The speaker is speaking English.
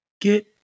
Get